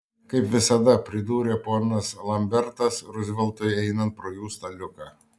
kaip visada pridūrė ponas lambertas ruzveltui einant pro jų staliuką